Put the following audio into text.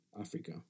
Africa